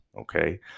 okay